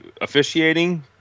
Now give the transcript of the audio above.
officiating